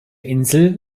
insel